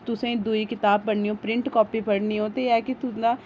तुसेंगी दूई किताब पढ़ने प्रिंट कापी पढ़नी होए ते ऐ कि तुं'दा